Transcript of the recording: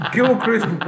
Gilchrist